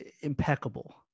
impeccable